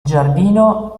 giardino